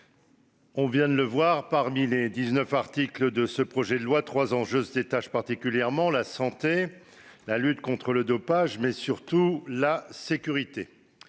mes chers collègues, parmi les vingt articles de ce projet de loi, trois enjeux se détachent particulièrement : la santé, la lutte contre le dopage et, surtout, la sécurité.